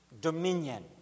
dominion